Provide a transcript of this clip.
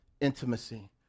intimacy